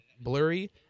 blurry